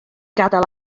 gadael